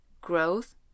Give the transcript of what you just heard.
growth